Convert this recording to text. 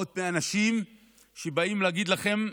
באות מאנשים שבאים להגיד לכם,